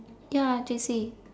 ya J_C